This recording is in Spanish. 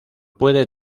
puede